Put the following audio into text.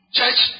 Church